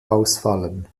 ausfallen